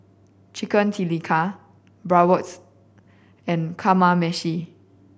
Chicken Tikka Bratwurst and Kamameshi